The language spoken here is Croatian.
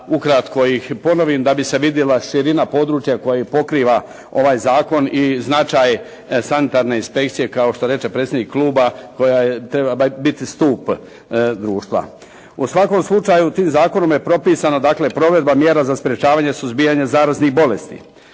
ukratko ih ponovim da bi se vidjela širina područja koja pokriva ovaj zakon i značaj sanitarne inspekcije kao što reče predsjednik kluba koja treba biti stup društva. U svakom slučaju zakonom je propisano dakle provedba mjera za sprječavanje suzbijanja zaraznih bolesti,